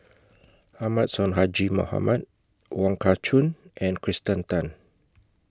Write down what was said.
Ahmad Sonhadji Mohamad Wong Kah Chun and Kirsten Tan